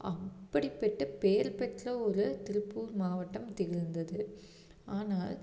அப்படிப்பட்ட பெயர் பெற்ற ஒரு திருப்பூர் மாவட்டம் திகழ்ந்தது ஆனால்